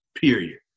period